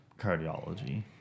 cardiology